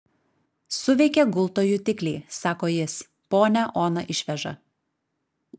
suveikė gulto jutikliai sako jis ponią oną išveža